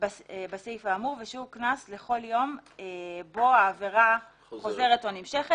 בסעיף האמור ושיעור קנס לכל יום בו העבירה חוזרת או נמשכת.